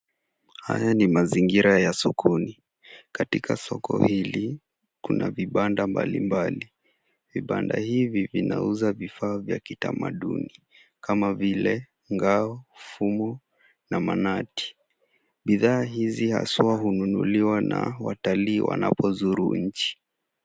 Haya ni mazingira ya sokoni. Katika soko hili, kuna vibanda mbalimbali. Vibanda hivi vinauza vifaa vya kitamaduni kama vile ngao, fumu na manati. Bidhaa hizi haswa hununuliwa na watalii wanapozuru nchi.